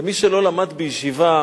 ומי שלא למד בישיבה,